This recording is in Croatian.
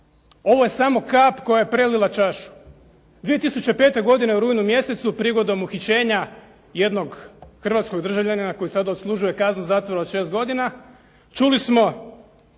Ovo je samo kap koja je prelila čašu. 2005. godine u rujnu mjesecu prigodom uhićenja jednog hrvatskog državljanina koji sada odslužuje kaznu zatvora od 6 godina čuli smo